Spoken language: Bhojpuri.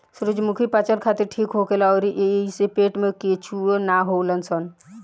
सूरजमुखी पाचन खातिर ठीक होखेला अउरी एइसे पेट में केचुआ ना होलन सन